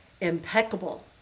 impeccable